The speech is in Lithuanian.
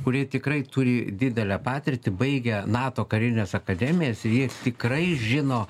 kurie tikrai turi didelę patirtį baigę nato karines akademijas ir jie tikrai žino